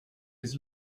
his